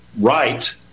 right